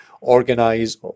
organize